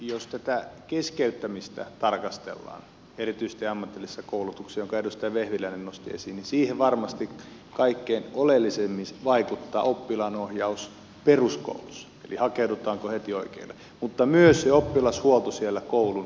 jos tätä keskeyttämistä tarkastellaan erityisesti ammatillisessa koulutuksessa jonka edustaja vehviläinen nosti esiin siihen varmasti kaikkein oleellisimmin vaikuttaa oppilaanohjaus peruskoulussa eli hakeudutaanko heti oikeaan paikkaan mutta myös oppilashuolto siellä koulun sisällä